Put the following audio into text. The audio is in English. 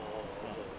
orh okay